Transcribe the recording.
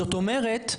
זאת אומרת,